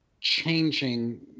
changing